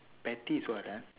petty is what ah